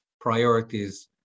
priorities